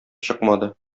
чыкмады